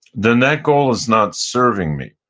then that goal is not serving me.